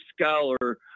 scholar